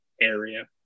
area